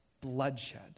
bloodshed